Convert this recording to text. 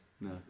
No